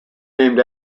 named